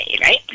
right